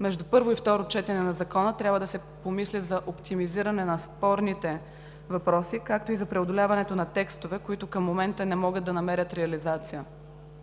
между първо и второ четене на Закона трябва да се помисли за оптимизиране на спорните въпроси, както и за преодоляването на текстове, които към момента не могат да намерят реализация.